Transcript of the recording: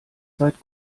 seit